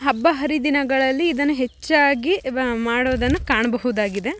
ಹಬ್ಬ ಹರಿದಿನಗಳಲ್ಲಿ ಇದನ್ನು ಹೆಚ್ಚಾಗಿ ಮಾಡೊದನ್ನು ಕಾಣಬಹುದಾಗಿದೆ